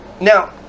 Now